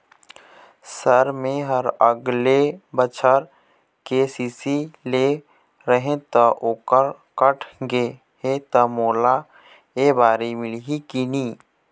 Sir मेहर अगले बछर के.सी.सी लेहे रहें ता ओहर कट गे हे ता मोला एबारी मिलही की नहीं?